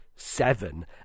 seven